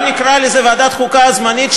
גם נקרא לזה "ועדת חוקה זמנית",